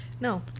No